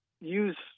use